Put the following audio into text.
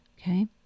Okay